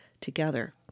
together